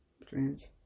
Strange